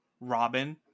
Robin